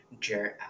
Jared